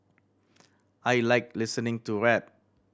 I like listening to rap